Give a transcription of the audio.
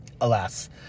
Alas